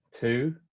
Two